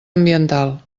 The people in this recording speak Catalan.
ambiental